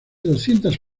doscientas